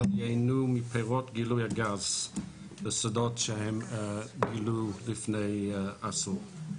ייהנו מפירות גילוי הגז בשדות שהם גילו לפני עשור.